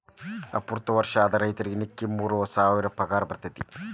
ಅರ್ವತ್ತ ವರ್ಷ ಆದ ರೈತರಿಗೆ ನಿಕ್ಕಿ ಮೂರ ಸಾವಿರ ಪಗಾರ ಬರ್ತೈತಿ